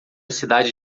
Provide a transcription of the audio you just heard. cidade